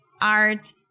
art